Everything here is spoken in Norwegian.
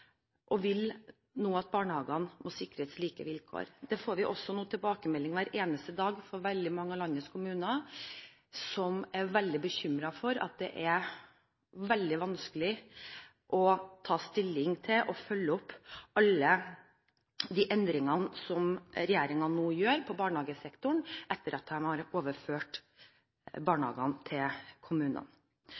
og vil nå at barnehagene må sikres like vilkår. Det får vi også tilbakemeldinger om hver eneste dag fra veldig mange av landets kommuner, som er veldig bekymret over at det er veldig vanskelig å ta stilling til og følge opp alle de endringene som regjeringen nå gjør på barnehagesektoren, etter at de har overført barnehagene til kommunene.